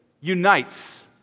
unites